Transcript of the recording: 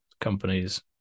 companies